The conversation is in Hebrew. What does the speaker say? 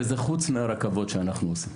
וזה חוץ מהרכבות שאנחנו עושים.